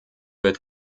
wird